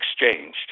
exchanged